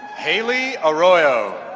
hayley aroyo